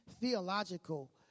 theological